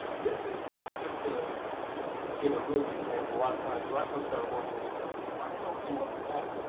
this is just to give a really good example. a lot of times, when i first started working with this stuff, i was like, why the hell would you want to do that?